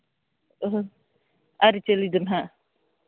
ᱟᱹᱨᱤᱼᱪᱟᱹᱞᱤ ᱫᱚ ᱦᱟᱸᱜ